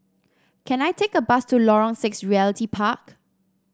can I take a bus to Lorong Six Realty Park